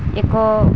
ଏକ